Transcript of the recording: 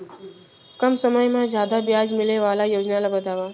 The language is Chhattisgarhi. कम समय मा जादा ब्याज मिले वाले योजना ला बतावव